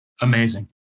Amazing